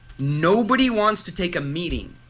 nobody wants to take a meeting